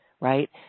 right